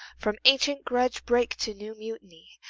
from ancient grudge break to new mutiny,